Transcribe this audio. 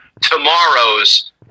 tomorrow's